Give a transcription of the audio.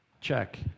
check